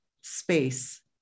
space